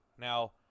Now